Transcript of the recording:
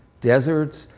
deserts,